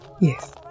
Yes